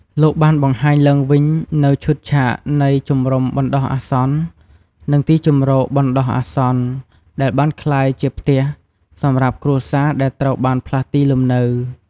លោកបានបង្ហាញឡើងវិញនូវឈុតឆាកនៃ ជំរុំបណ្ដោះអាសន្ន និងទីជម្រកបណ្ដោះអាសន្ន ដែលបានក្លាយជា "ផ្ទះ" សម្រាប់គ្រួសារដែលត្រូវបានផ្លាស់ទីលំនៅ។